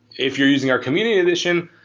if you're using our community edition,